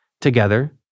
together